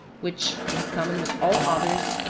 which, in common with all others,